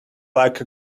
like